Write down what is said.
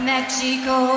Mexico